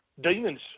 Demons